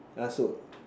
that's wood